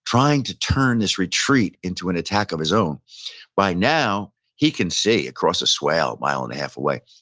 trying to turn this retreat into an attack of his own by now, he can see across a swell a mile and a half away,